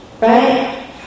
Right